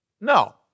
no